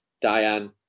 Diane